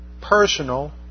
personal